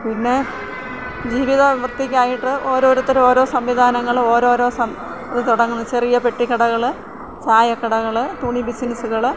പിന്നെ ജീവിത വൃത്തിക്കായിട്ട് ഓരോരുത്തർ ഓരോ സംവിധാനങ്ങളും ഓരോരോ ഇത് തുടങ്ങുന്ന്ത് ചെറിയ പെട്ടിക്കടകൾ ചായക്കടകൾ തുണി ബിസിനസുകള്